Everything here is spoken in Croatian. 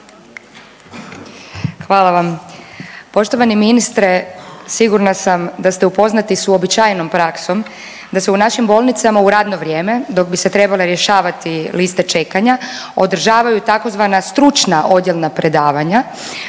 Hvala vam. Poštovani ministre, sigurna sam da ste upoznati s uobičajenom praksom da se u našim bolnicama u radno vrijeme dok bi se trebale rješavati liste čekanja održavaju tzv. stručna odjelna predavanja